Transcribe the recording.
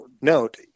note